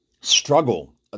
struggle